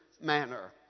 manner